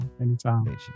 anytime